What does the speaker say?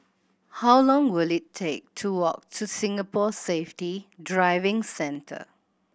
how long will it take to walk to Singapore Safety Driving Centre